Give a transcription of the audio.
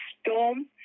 storm